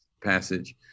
passage